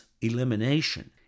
elimination